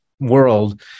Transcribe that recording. world